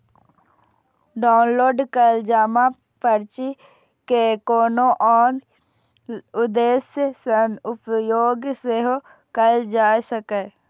download कैल जमा पर्ची के कोनो आन उद्देश्य सं उपयोग सेहो कैल जा सकैए